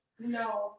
No